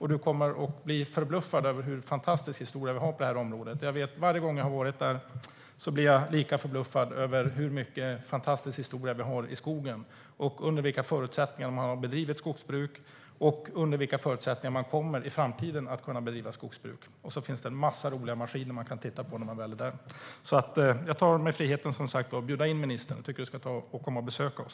Hon kommer att bli förbluffad över vilken fantastisk historia vi har på det här området. Varje gång jag besöker Skogsmuseet blir jag lika förbluffad över hur mycket fantastisk historia vi har i skogen, under vilka förutsättningar man bedrivit skogsbruk och under vilka förutsättningar man i framtiden kommer att bedriva skogsbruk. Dessutom finns det en massa roliga maskiner man kan titta på när man väl är där. Jag tar mig som sagt friheten att bjuda in ministern och tycker att hon ska komma och besöka oss.